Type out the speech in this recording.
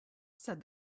said